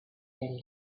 their